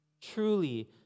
Truly